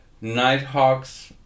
Nighthawks